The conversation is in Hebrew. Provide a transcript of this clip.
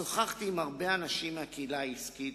שוחחתי עם הרבה אנשים מהקהילה העסקית